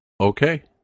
Okay